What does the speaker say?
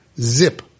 zip